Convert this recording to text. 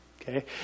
Okay